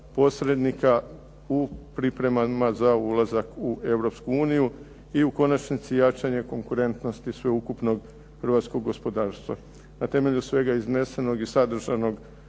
posrednika u pripremama za ulazak u Europsku uniju i u konačnici jačanje konkurentnosti sveukupnog hrvatskog gospodarstva. Na temelju svega iznesenog i sadržanog